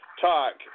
talk